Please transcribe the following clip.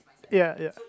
ya ya